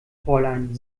fräulein